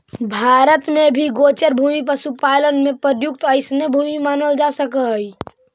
भारत में भी गोचर भूमि पशुपालन में प्रयुक्त अइसने भूमि मानल जा सकऽ हइ